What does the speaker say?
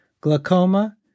glaucoma